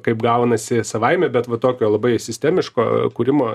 kaip gaunasi savaime bet va tokio labai sistemiško kūrimo